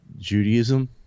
Judaism